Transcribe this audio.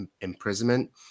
imprisonment